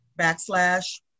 backslash